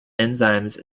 enzymes